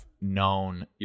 known